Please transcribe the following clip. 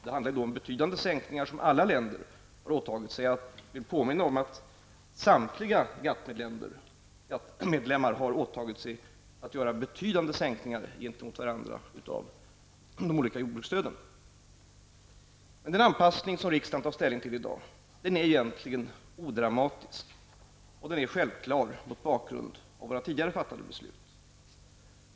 Det handlar om betydande sänkningar som alla länder har åtagit sig. Och jag vill påminna om att samtliga GATT medlemmar har åtagit sig att göra betydande sänkningar gentemot varandra av de olika jordbruksstöden. Den anpassning som riksdagen nu tar ställning till är egentligen odramatisk och självklar mot bakgrund av tidigare fattade beslut.